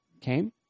came